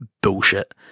Bullshit